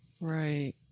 Right